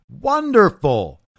Wonderful